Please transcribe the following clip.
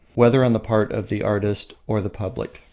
whether on the part of the artist or the public.